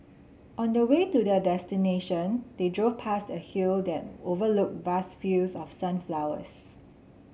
on the way to their destination they drove past a hill that overlooked vast fields of sunflowers